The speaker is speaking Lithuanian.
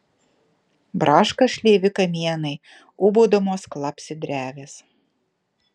braška šleivi kamienai ūbaudamos klapsi drevės